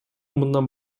мындан